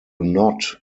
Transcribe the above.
knot